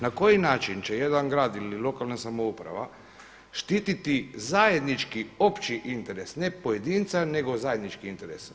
Na koji način će jedan grad ili lokalna samouprava štititi zajednički opći interes ne pojedinca nego zajednički interes?